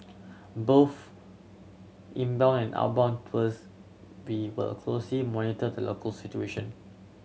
both inbound and outbound tours we will closely monitor the local situation